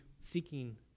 seeking